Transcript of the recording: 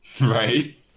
Right